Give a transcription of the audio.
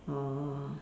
orh